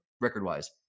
record-wise